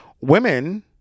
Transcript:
women